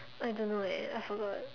I don't know eh I forgot